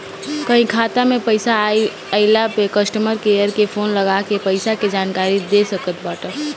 कहीं खाता में पईसा आइला पअ कस्टमर केयर के फोन लगा के पईसा के जानकारी देख सकत बाटअ